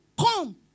come